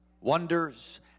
wonders